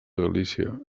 galícia